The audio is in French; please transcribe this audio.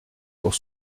pour